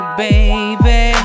baby